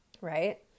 right